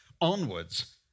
onwards